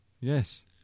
Yes